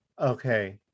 Okay